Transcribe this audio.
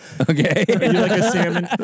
Okay